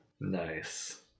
nice